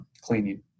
cleaning